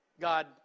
God